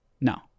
No